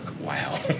wow